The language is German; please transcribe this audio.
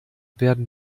werden